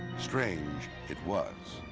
strange it was.